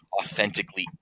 authentically